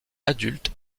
adulte